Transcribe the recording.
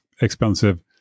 expensive